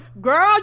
girl